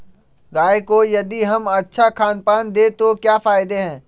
गाय को यदि हम अच्छा खानपान दें तो क्या फायदे हैं?